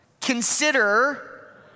consider